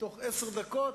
בתוך עשר דקות,